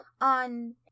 on